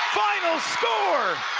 final score,